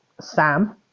Sam